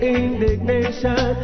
indignation